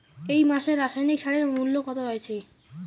এই মাসে রাসায়নিক সারের মূল্য কত রয়েছে?